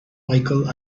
micheal